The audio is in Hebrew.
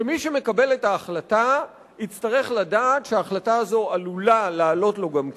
שמי שמקבל את ההחלטה יצטרך לדעת שההחלטה הזאת עלולה לעלות לו גם כסף,